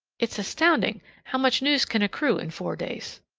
it's astounding how much news can accrue in four days.